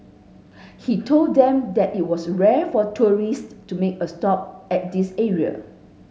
he told them that it was rare for tourists to make a stop at this area